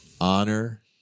Honor